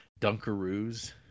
Dunkaroos